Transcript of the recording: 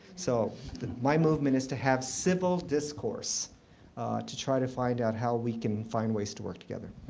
so my movement is to have civil discourse to try to find out how we can find ways to work together.